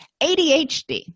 ADHD